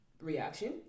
reaction